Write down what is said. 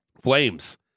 Flames